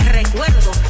recuerdo